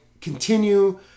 continue